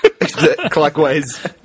Clockwise